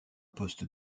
poste